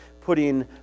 putting